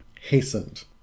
hastened